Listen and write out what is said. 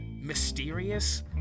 mysterious